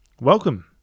welcome